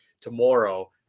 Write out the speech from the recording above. tomorrow